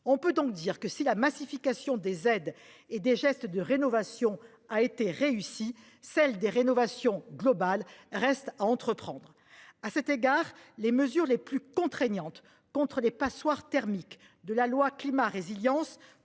on peut donc dire que si la massification des aides et des gestes de rénovation a été réussie, celle des rénovations globales restent à entreprendre, à cet égard les mesures les plus contraignantes contre les passoires thermiques de la loi climat résilience